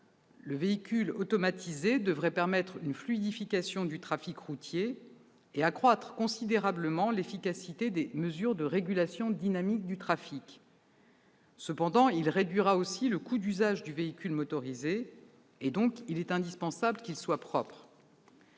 Le véhicule automatisé devrait permettre une fluidification du trafic routier et un accroissement considérable de l'efficacité des mesures de régulation dynamique du trafic. Cependant, il réduira aussi le coût d'usage du véhicule motorisé et doit donc être propre